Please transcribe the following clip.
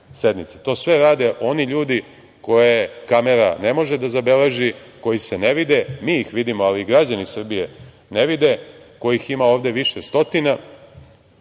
sve rade oni ljudi koje kamera ne može da zabeleži, koji se ne vide, mi ih vidimo, ali građani Srbije ne vide, kojih ima ovde više stotina